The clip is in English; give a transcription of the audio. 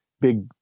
big